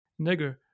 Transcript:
nigger